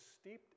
steeped